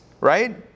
right